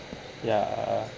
ya